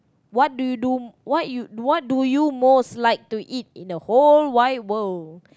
what do you most like to eat in the whole wide world